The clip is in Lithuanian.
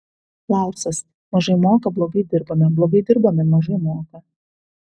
laursas mažai moka blogai dirbame blogai dirbame mažai moka